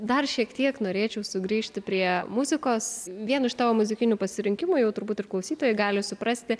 dar šiek tiek norėčiau sugrįžti prie muzikos vien iš tavo muzikinių pasirinkimų jau turbūt ir klausytojai gali suprasti